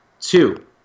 Two